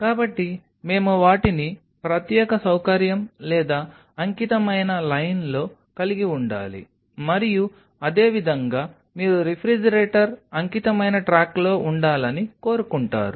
కాబట్టి మేము వాటిని ప్రత్యేక సౌకర్యం లేదా అంకితమైన లైన్లో కలిగి ఉండాలి మరియు అదే విధంగా మీరు రిఫ్రిజిరేటర్ అంకితమైన ట్రాక్లో ఉండాలని కోరుకుంటారు